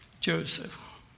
Joseph